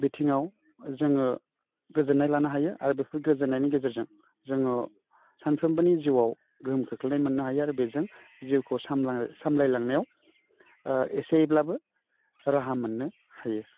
बिथिङाव जोङो गोजोन्नाय लानो हायो आरो बेफोर गोजोन्नायनि गेजेरजों जोङो सानफ्रोमबोनि जिउआव गोहोम खोख्लैनाय मोन्नो हायो आरो बेजों जिउखौ सामलाय सामलायलांनायाव एसेब्लाबो राहा मोन्नो हायो